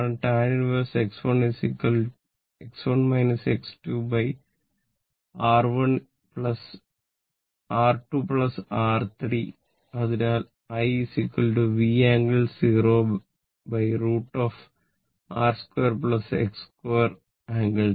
tan 1 X1 X2R1 R2 R3 അതിനാൽ I V ∟ 0√ R2 X2 ∟θ